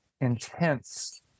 intense